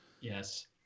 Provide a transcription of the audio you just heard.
Yes